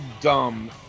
dumb